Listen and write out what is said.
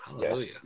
Hallelujah